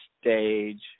stage